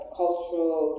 cultural